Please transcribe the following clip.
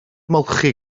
ymolchi